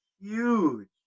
Huge